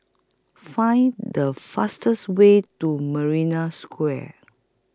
Find The fastest Way to Marina Square